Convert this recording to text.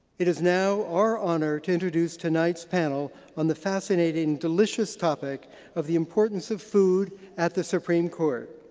it is now our honor to introduce tonight's panel on the fascinating delicious topic of the importance of food at the supreme court.